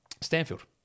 Stanfield